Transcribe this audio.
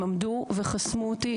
הם עמדו וחסמו אותי